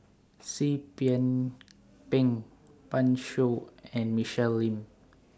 Seah Kian Peng Pan Shou and Michelle Lim